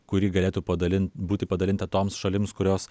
kuri galėtų padalin būti padalinta toms šalims kurios